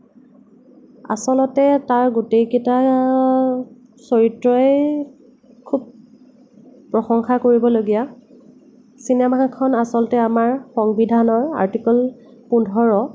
আচলতে তাৰ গোটেইকেইটা চৰিত্ৰয়ে খুব প্ৰশংসা কৰিবলগীয়া চিনেমাখন আচলতে আমাৰ সংবিধানৰ আৰ্টিকল পোন্ধৰ